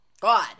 god